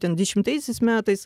ten dešimtaisiais metais